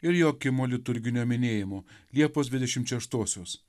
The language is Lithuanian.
ir joakimo liturginio minėjimo liepos dvidešimt šeštosios